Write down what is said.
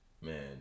man